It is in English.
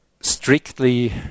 strictly